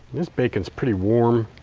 this beacon is pretty warm.